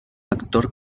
actor